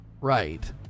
right